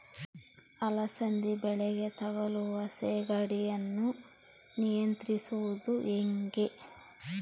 ಅಲಸಂದಿ ಬಳ್ಳಿಗೆ ತಗುಲುವ ಸೇಗಡಿ ಯನ್ನು ನಿಯಂತ್ರಿಸುವುದು ಹೇಗೆ?